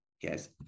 yes